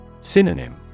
Synonym